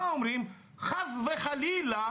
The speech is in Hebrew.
אומרים חס וחלילה,